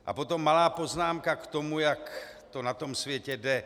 A potom malá poznámka k tomu, jak to na tom světě jde.